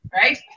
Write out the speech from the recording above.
Right